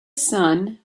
sun